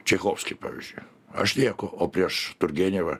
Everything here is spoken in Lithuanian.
čeichovskį pavyzdžiui aš nieko o prieš turgenevą